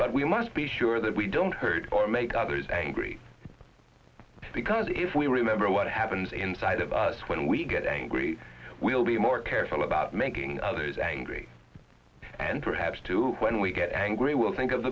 but we must be sure that we don't hurt or make others angry because if we remember what happens inside of us when we get angry we'll be more careful about making others angry and perhaps too when we get angry we'll think of